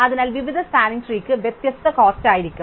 അതിനാൽ വിവിധ spanning tree ക്കു വ്യത്യസ്ത ചെലവ് ആയിരിക്കും